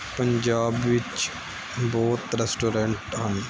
ਪੰਜਾਬ ਵਿੱਚ ਬਹੁਤ ਰੈਸਟੋਰੈਂਟ ਹਨ